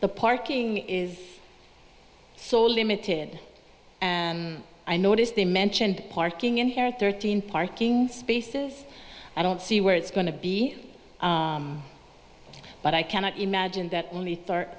the parking is so limited and i noticed they mentioned parking inherit thirteen parking spaces i don't see where it's going to be but i cannot imagine that only